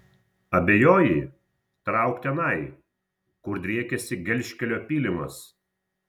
abejoji trauk tenai kur driekiasi gelžkelio pylimas